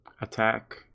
attack